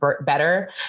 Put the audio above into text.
better